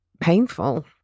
painful